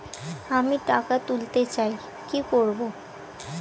আমি টাকা তুলতে চাই কি করব?